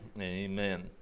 Amen